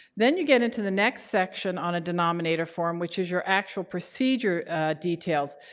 then you get into the next section on a denominator form, which is your actual procedure details.